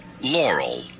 Laurel